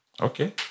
Okay